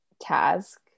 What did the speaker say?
task